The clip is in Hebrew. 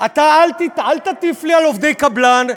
אתה אל תטיף לי על עובדי קבלן.